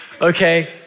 okay